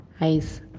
ice